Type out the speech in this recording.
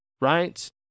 right